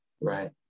right